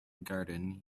garden